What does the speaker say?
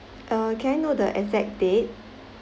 uh can I know the exact date